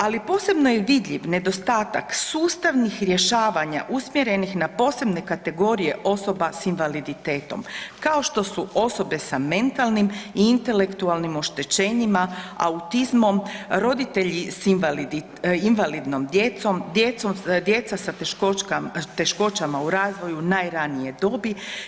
Ali posebno je vidljiv nedostatak sustavnih rješavanja usmjerenih na posebne kategorije osoba s invaliditetom kao što su osobe sa mentalnim i intelektualnim oštećenjima, autizmom, roditelji s invalidnom djecom, djeca sa teškoćama u razvoju najranije dobi.